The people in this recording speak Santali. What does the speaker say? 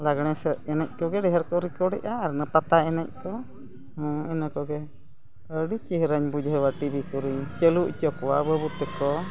ᱞᱟᱜᱽᱲᱮ ᱮᱱᱮᱡ ᱠᱚᱜᱮ ᱰᱷᱮᱹᱨ ᱠᱚ ᱨᱮᱠᱚᱨᱰᱮᱜᱼᱟ ᱟᱨ ᱚᱱᱟ ᱯᱟᱛᱟ ᱮᱱᱮᱡ ᱠᱚ ᱦᱮᱸ ᱤᱱᱟᱹ ᱠᱚᱜᱮ ᱟᱹᱰᱤ ᱪᱮᱦᱨᱟᱧ ᱵᱩᱡᱷᱟᱹᱣᱟ ᱴᱤᱵᱷᱤ ᱠᱚᱨᱮᱜ ᱪᱟᱹᱞᱩ ᱦᱚᱪᱚ ᱠᱚᱣᱟ ᱵᱟᱹᱵᱩ ᱛᱟᱠᱚ